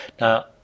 Now